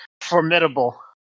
formidable